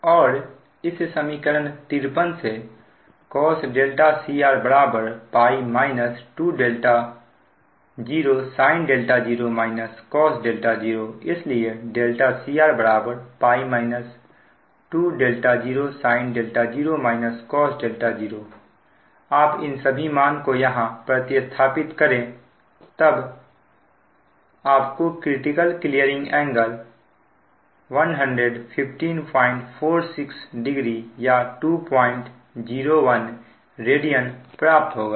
और इस समीकरण 53 से cos cr π 20sin 0 cos 0 इसलिए cr π 20sin 0 cos 0 आप इन सभी मान को यहां प्रति स्थापित करें तब आपको क्रिटिकल क्लीयरिंग एंगल 115460 या 201 रेडियन प्राप्त होगा